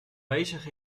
bezig